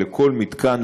לכל מתקן,